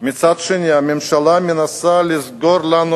ומצד שני הממשלה מנסה לסגור לנו